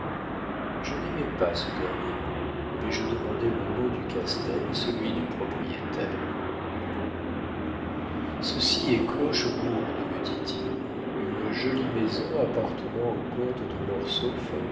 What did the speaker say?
je n'aimai pas ce dernier mot mais je demandai le nom du castel et celui du propriétaire ceci est clochegourde me dit-il une jolie maison appartenant au comte de